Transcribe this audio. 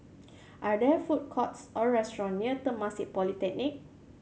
are there food courts or restaurant near Temasek Polytechnic